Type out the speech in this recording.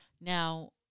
Now